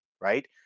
right